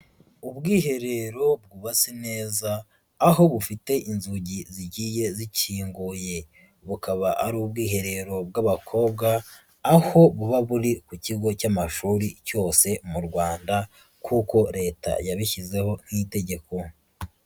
Ubwiherero bwubatse neza aho bufite inzugi zigiye zikinguye, bukaba ari ubwiherero bw'abakobwa, aho buba buri ku kigo cy'amashuri cyose mu Rwanda kuko Leta yabishyizeho nk'itegeko.